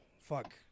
fuck